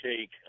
take